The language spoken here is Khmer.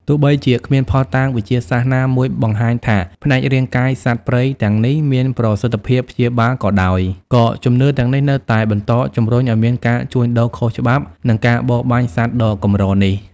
ទោះបីជាគ្មានភស្តុតាងវិទ្យាសាស្ត្រណាមួយបង្ហាញថាផ្នែករាងកាយសត្វព្រៃទាំងនេះមានប្រសិទ្ធភាពព្យាបាលក៏ដោយ ក៏ជំនឿទាំងនេះនៅតែបន្តជំរុញឲ្យមានការជួញដូរខុសច្បាប់ និងការបរបាញ់សត្វដ៏កម្រនេះ។